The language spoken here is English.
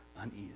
uneasy